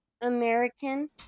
American